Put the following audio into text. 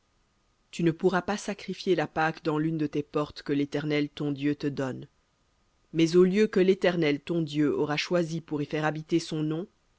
tu ne pourras pas sacrifier la pâque dans l'une de tes portes que l'éternel ton dieu te donne mais au lieu que l'éternel ton dieu aura choisi pour y faire habiter son nom